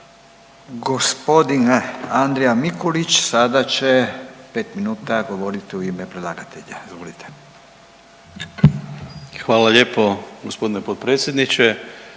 Gospodin Andrija Mikulić sada će pet minuta govoriti u ime predlagatelja. Izvolite. **Mikulić, Andrija (HDZ)** Hvala lijepo gospodine potpredsjedniče,